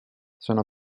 sono